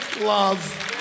love